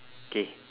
K